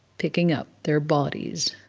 picking up their bodies